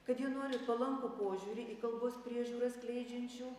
kad jie nori palankų požiūrį į kalbos priežiūrą skleidžiančių